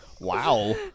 Wow